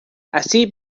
así